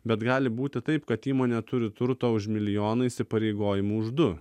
bet gali būti taip kad įmonė turi turto už milijoną įsipareigojimų už du